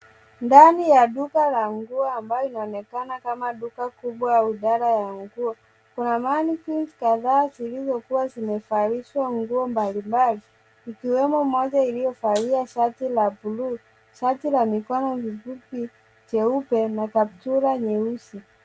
Ndani ya duka la nguo ambayo linaonekana kama duka kubwa au dara ya nguo kuna mannequins kadhaa zilizokuwa zimevalishwa nguo mbalimbali ikiwemo moja iliyovalia shati la bluu, shati la mikono mifupi jeupe na kaptura nyeusi.